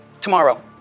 tomorrow